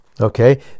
okay